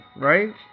right